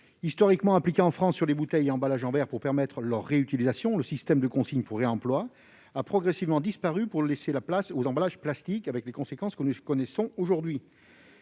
Historiquement appliqué en France sur les bouteilles et emballages en verre pour permettre leur réutilisation, le système de consigne pour réemploi a progressivement disparu pour laisser la place aux emballages plastiques, avec les conséquences que nous connaissons aujourd'hui.